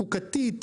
הגבלה חוקתית,